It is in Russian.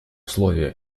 условие